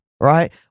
right